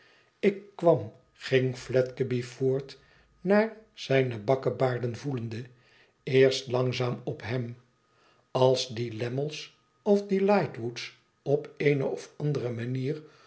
ik kwam ging fledgeby voort naar zijne bakkebaarden voelende teerst langzaam op hem als die lammies of die lightwoods op eene of andere manier